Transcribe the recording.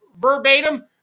verbatim